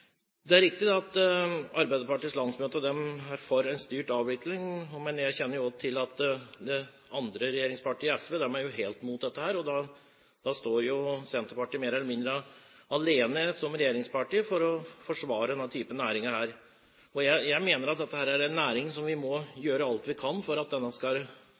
Det er riktig at Arbeiderpartiets landsmøte er for en styrt avvikling, men jeg kjenner også til at et annet regjeringsparti, SV, er helt imot dette. Da står Senterpartiet mer eller mindre alene som regjeringsparti om å forsvare denne næringen. Jeg mener vi må gjøre alt vi kan for at denne næringen fortsatt skal kunne drive. Jeg mener at næringen er